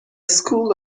school